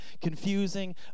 confusing